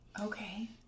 Okay